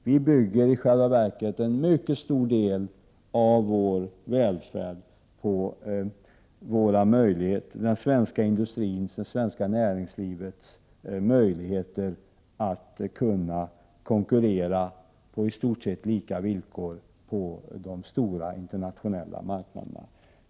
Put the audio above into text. Vi bygger i själva verket en mycket stor del av vår välfärd på det svenska näringslivets möjligheter att konkurrera på i stort sett lika villkor på de stora internationella marknaderna.